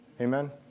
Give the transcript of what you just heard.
Amen